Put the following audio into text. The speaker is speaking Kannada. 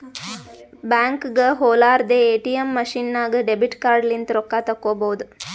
ಬ್ಯಾಂಕ್ಗ ಹೊಲಾರ್ದೆ ಎ.ಟಿ.ಎಮ್ ಮಷಿನ್ ನಾಗ್ ಡೆಬಿಟ್ ಕಾರ್ಡ್ ಲಿಂತ್ ರೊಕ್ಕಾ ತೇಕೊಬೋದ್